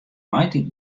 maitiid